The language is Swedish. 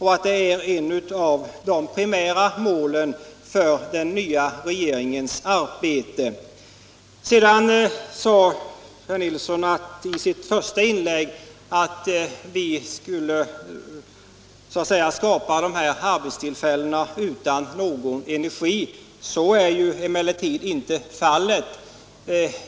Herr Nilsson sade i sitt första anförande att vi tänkte skapa dessa arbetstillfällen utan energi. Så är emellertid inte fallet.